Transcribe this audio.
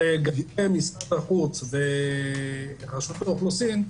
לגבי משרד החוץ ורשות האוכלוסין,